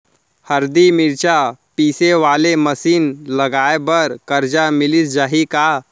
हरदी, मिरचा पीसे वाले मशीन लगाए बर करजा मिलिस जाही का?